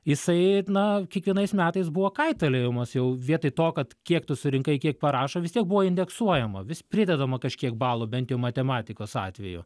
jisai na kiekvienais metais buvo kaitaliojamas jau vietoj to kad kiek tu surinkai kiek parašo vis tiek buvo indeksuojama vis pridedama kažkiek balų bent jau matematikos atveju